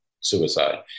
suicide